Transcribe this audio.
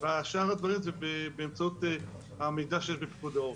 ושאר הדברים זה באמצעות המידע שיש בפיקוד העורף.